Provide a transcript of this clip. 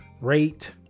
rate